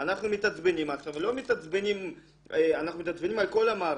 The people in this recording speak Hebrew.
אנחנו מתעצבנים על כל המערכת.